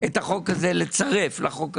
את החוק הזה לצרף לחוק הקיים.